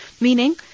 Meaning